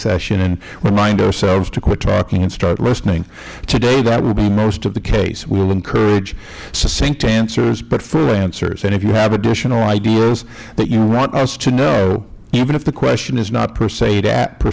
session and remind ourselves to quit talking and start listening today that will be most of the case we will encourage succinct answers but full answers and if you have additional ideas that you want us to know even if the question is not per se